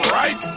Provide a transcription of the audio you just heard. right